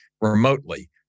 remotely